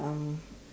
um